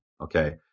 Okay